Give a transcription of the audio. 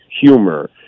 humor